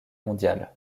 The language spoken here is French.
mondiale